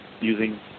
using